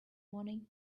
morning